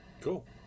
Cool